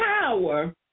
Power